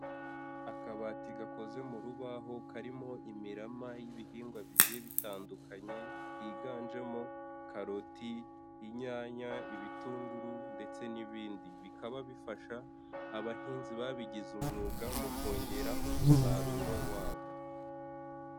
Akabati gakoze mu rubaho, karimo imirama y'ibihingwa bigiye bitandukanye, higanjemo karoti, inyanya, ibitunguru, ndetse n'ibindi, bikaba bifasha abahinzi babigize umwuga mu kongera umusaruro wabo.